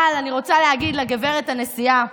אבל אני רוצה להגיד לגברת הנשיאה,